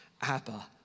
Abba